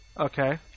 Okay